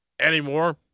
anymore